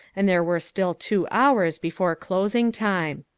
and there were still two hours before closing time.